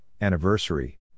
anniversary